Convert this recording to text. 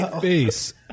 face